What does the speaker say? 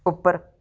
ਉੱਪਰ